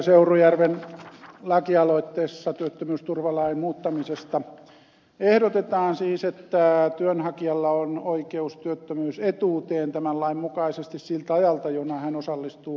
seurujärven lakialoitteessa työttömyysturvalain muuttamisesta ehdotetaan siis että työnhakijalla on oikeus työttömyysetuuteen tämän lain mukaisesti siltä ajalta jona hän osallistuu vapaaehtoispalokunnan toimintaan